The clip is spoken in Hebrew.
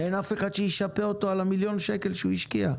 אין אף אחד שישפה אותו על מיליון השקלים שהוא השקיע.